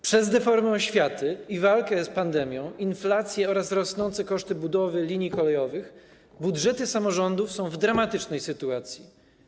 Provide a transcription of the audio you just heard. Przez deformę oświaty, walkę z pandemią, inflację oraz rosnące koszty budowy linii kolejowych budżety samorządów są w dramatycznej sytuacji.